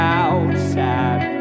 outside